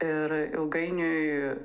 ir ilgainiui